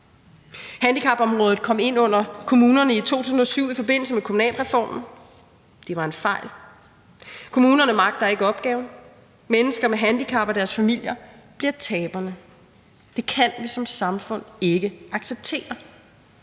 Handicapområdet kom ind under kommunerne i 2007 i forbindelse med kommunalreformen. Det var en fejl. Kommunerne magter ikke opgaven, og mennesker med handicap og deres familier bliver taberne. Det kan vi som samfund ikke acceptere.